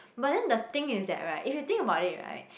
but then the thing is that right if you think about it right